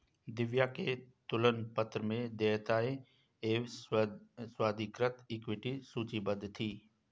दिव्या के तुलन पत्र में देयताएं एवं स्वाधिकृत इक्विटी सूचीबद्ध थी